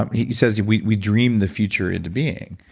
um he says, we we dream the future into being,